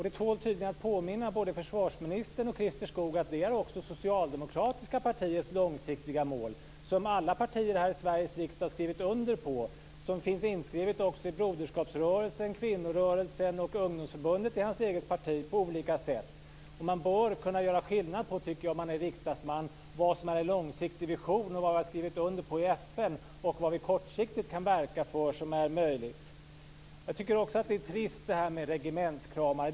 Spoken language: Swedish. Det tål tydligen att påminna både försvarsministern och Christer Skoog att det också är det socialdemokratiska partiets långsiktiga mål och något som alla partier här i Sveriges riksdag har skrivit under på. Det är även på olika sätt inskrivet som målsättning i Broderskapsrörelsen och i det socialdemokratiska kvinnoförbundet och det socialdemokratiska ungdomsförbundet. Jag tycker att man som riksdagsman bör kunna skilja mellan en långsiktig vision som man skrivit under på i FN och det som det kortsiktigt är möjligt att verka för. Jag tycker också att det är lite trist med talet om regementskramare.